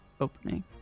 opening